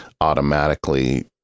automatically